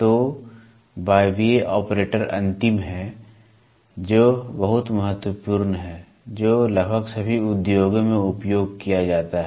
तो वायवीय ऑपरेटर अंतिम है जो बहुत महत्वपूर्ण है जो लगभग सभी उद्योगों में उपयोग किया जाता है